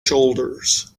shoulders